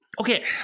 Okay